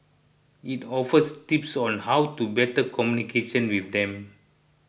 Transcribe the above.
it offers tips on how to better communication with them